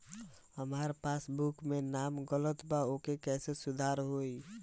हमार पासबुक मे नाम गलत बा ओके कैसे सुधार होई?